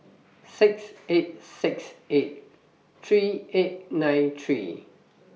six eight six eight three eight nine three